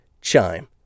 Chime